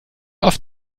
oft